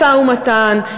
משא-ומתן.